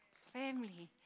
Family